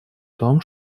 том